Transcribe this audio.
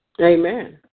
Amen